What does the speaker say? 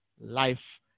life